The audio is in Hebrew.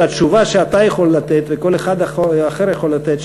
שהתשובה שאתה יכול לתת וכל אחד אחר יכול לתת,